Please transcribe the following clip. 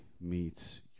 meets